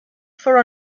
for